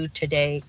today